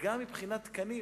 וגם מבחינת תקנים.